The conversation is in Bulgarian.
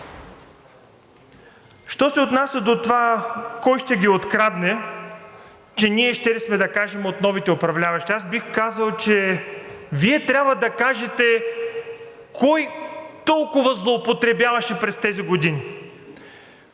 Що се отнася до това кой ще ги открадне, че ние щели сме да кажем, от новите управляващи. Аз бих казал, че Вие трябва да кажете кой толкова злоупотребяваше през тези години?